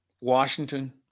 Washington